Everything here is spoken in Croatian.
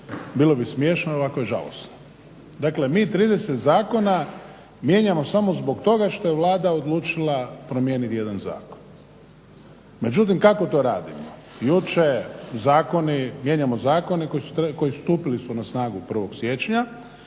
bilo bi smiješno, ovako je žalosno. Dakle, mi 30 zakona mijenjamo samo zbog toga što je Vlada odlučila promijeniti jedan zakon. Međutim, kako to radimo? Jučer zakoni, mijenjamo zakone koji su stupili na snagu 1. siječnja,